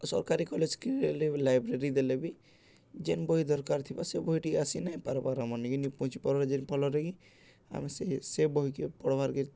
ଓ ସରକାରୀ କଲେଜ କି ଲେ ଲାଇବ୍ରେରୀ ଦେଲେ ବି ଯେନ୍ ବହି ଦରକାର ଥିବା ସେ ବହି ଟିକେ ଆସି ନାଇଁ ପାର୍ବାର୍ ମନିକିିନି ପହଞ୍ଚିପାର ଯେନ୍ ଫଳରେ କି ଆମେ ସେ ସେ ବହିକେ ପଢ଼୍ବାର୍ କେ